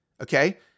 okay